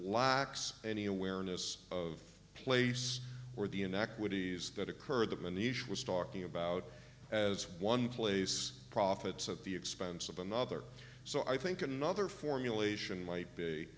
lacks any awareness of place or the inequities that occur the venetian was talking about as one place profits at the expense of another so i think another formulation might be